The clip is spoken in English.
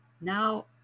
now